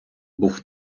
був